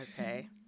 Okay